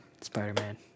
Spider-Man